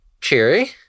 cheery